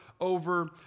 over